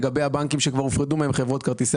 לגבי הבנקים שכבר הופרדו מהם חברות כרטיסי